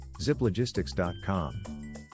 ziplogistics.com